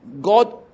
God